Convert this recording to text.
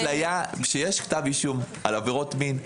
כשיש כתב אישום על עבירות מין,